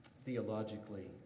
Theologically